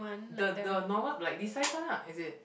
the the normal like this size one lah is it